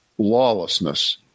Lawlessness